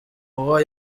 uwo